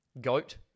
goat